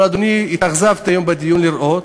אבל, אדוני, התאכזבתי היום בדיון לראות